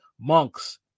monks